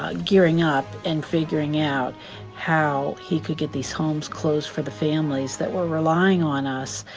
ah gearing up and figuring out how he could get these homes closed for the families that were relying on us,